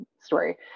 story